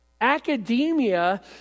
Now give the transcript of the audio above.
Academia